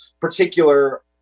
particular